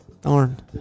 Darn